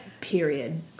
Period